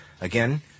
again